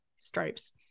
stripes